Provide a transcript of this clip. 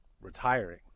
retiring